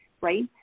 right